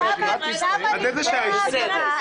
למה נפגעי העבירה,